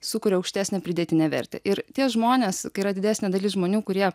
sukuria aukštesnę pridėtinę vertę ir tie žmonės kai yra didesnė dalis žmonių kurie